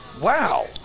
Wow